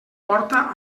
porta